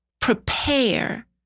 prepare